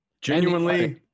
Genuinely